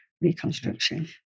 reconstruction